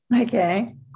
Okay